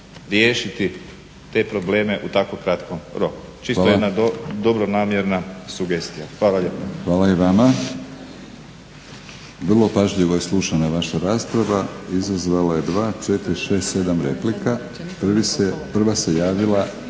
riješiti te probleme u tako kratkom roku. Čisto jedna dobronamjerna sugestija. Hvala lijepa.